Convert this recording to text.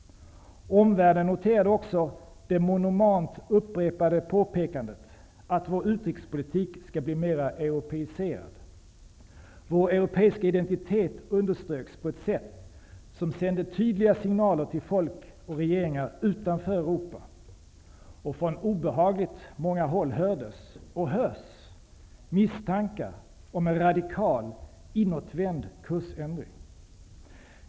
Omvärlden noterade också det monomant upprepade påpekandet att vår utrikespolitik skulle bli mer europeiserad. Vår europeiska identitet underströks på ett sätt som sände tydliga signaler till folk och regeringar utanför Europa. Från obehagligt många håll hördes -- och hörs -- misstankar om en radikal, inåtvänd kursändring.